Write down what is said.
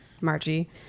Margie